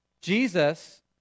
Jesus